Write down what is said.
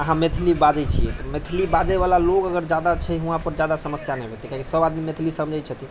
अहाँ मैथिली बाजै छियै मैथिली बाजयवला लोक अगर ज्यादा छै वहाँपर समस्या नहि हेतै कियाकि सभआदमी मैथिली समझै छथिन